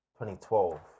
2012